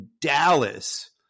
Dallas